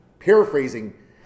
paraphrasing